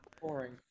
boring